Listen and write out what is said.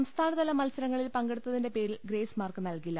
സംസ്ഥാനതല മത്സരങ്ങളിൽ പങ്കെടുത്തതിന്റെ പേരിൽ ഗ്രേസ് മാർക്ക് നൽകി ല്ല